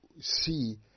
see